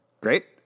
Great